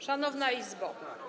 Szanowna Izbo!